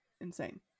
insane